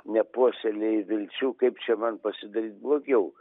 nepuoselėji vilčių kaip čia man pasidaryt blogiau